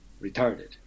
retarded